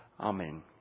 Amen